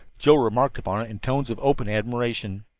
joe remarked upon it in tones of open admiration.